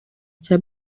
cya